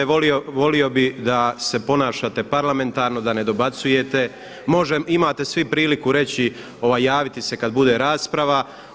Volio bih da se ponašate parlamentarno, da ne dobacujete, imate svi priliku reći javiti se kada bude rasprava.